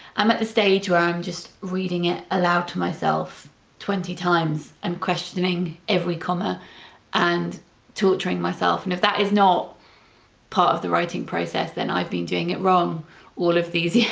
i'm at the stage where i'm just reading it aloud to myself twenty times, um questioning every comma and torturing myself, and if that is not part of the writing process then i've been doing it wrong all of these yeah